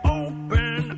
open